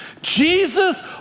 Jesus